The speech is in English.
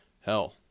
hell